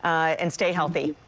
and stay healthy.